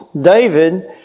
David